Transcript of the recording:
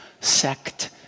sect